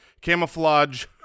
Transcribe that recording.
Camouflage